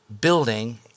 building